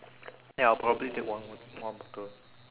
ya I'll probably take one bot~ one bottle